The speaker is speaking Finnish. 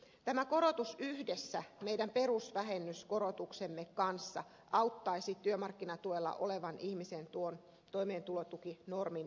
tämä korotus yhdessä meidän perusvähennyskorotuksemme kanssa auttaisi työmarkkinatuella olevan ihmisen tuon toimeentulotukinormin yläpuolelle